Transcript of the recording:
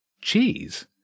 Cheese